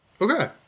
Okay